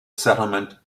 settlement